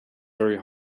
very